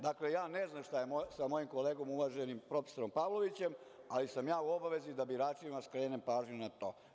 Dakle, ja ne znam šta je sa mojim kolegom, uvaženim profesorom Pavlovićem, ali sam u obavezi da biračima skrenem pažnju na to.